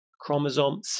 Chromosome